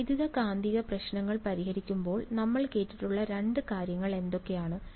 വൈദ്യുതകാന്തിക പ്രശ്നങ്ങൾ പരിഹരിക്കുമ്പോൾ നമ്മൾ കേട്ടിട്ടുള്ള രണ്ട് കാര്യങ്ങൾ എന്തൊക്കെയാണ്